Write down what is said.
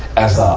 as ah a,